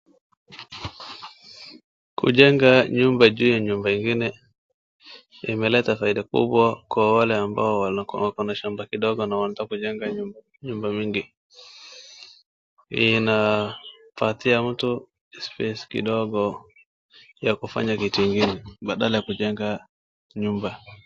Kujenga nyumba juu ya nyumba ingine, imeleta faida kubwa kwa wale ambao wako na shamba kidogo na wanataka kujenga nyumba, nyumba mingi. Inapatia mtu space kidogo ya kufanya kitu ingine badala ya kujenga nyumba.